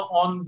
on